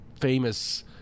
famous